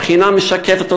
הבחינה משקפת אותם.